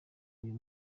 uyu